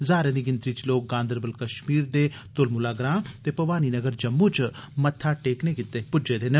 हजारें दी गिनतरी च लोक गांदरबल कश्मीर दे त्लम्ला ग्रां ते भवानी नगर जम्मू च मत्था टेकने गितै प्ज्जे देन